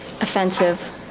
offensive